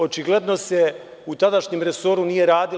Očigledno se u tadašnjem resoru nije radilo.